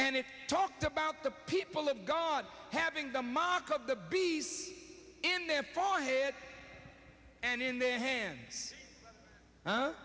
and it talked about the people of god having the mark of the bees in their forehead and in their hands